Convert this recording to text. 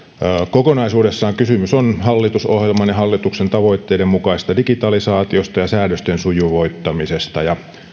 kokonaisuudessaan kysymys on hallitusohjelman ja hallituksen tavoitteiden mukaisesta digitalisaatiosta ja säädösten sujuvoittamisesta